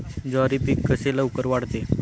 ज्वारी पीक कसे लवकर वाढते?